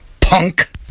punk